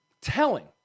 telling